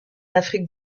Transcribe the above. afrique